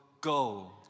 go